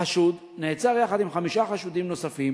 החשוד נעצר יחד עם חמישה חשודים נוספים